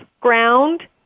ground